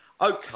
okay